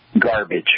garbage